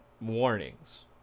warnings